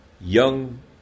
young